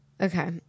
Okay